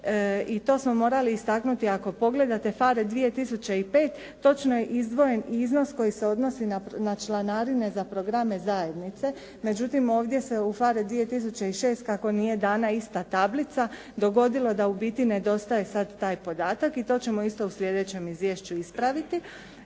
i to smo morali istaknuti. Ako pogledate PHARE 2005. točno je izdvojen iznos koji se odnosi na članarine za programe zajednice. Međutim, ovdje se u PHARE 2006. kako nije dana ista tablica, dogodilo da u biti nedostaje taj podatak i to ćemo isto u sljedećem izvješću ispraviti.